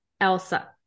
elsa